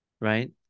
right